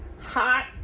hot